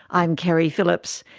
i'm keri phillips.